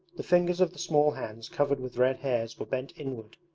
the fingers of the small hands covered with red hairs were bent inward,